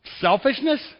Selfishness